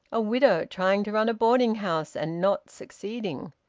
a widow, trying to run a boarding-house and not succeeding!